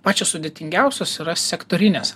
pačios sudėtingiausios yra sektorinės